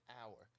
hour